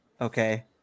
Okay